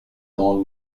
dans